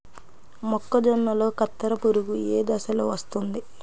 మొక్కజొన్నలో కత్తెర పురుగు ఏ దశలో వస్తుంది?